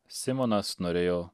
simonas norėjo